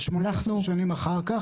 אבל 18 שנים אחר כך,